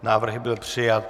Návrh byl přijat.